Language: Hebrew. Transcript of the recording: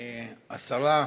השרה,